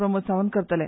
प्रमोद सावंत करतले